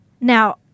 Now